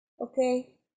okay